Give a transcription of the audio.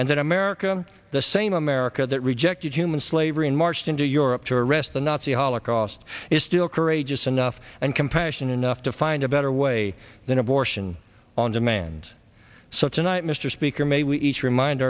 and that america the same america that rejected human slavery and marched into europe to arrest the nazi holocaust is still courageous enough and compassion enough to find a better way than abortion on demand so tonight mr speaker may we each remind